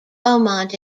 beaumont